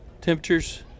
temperatures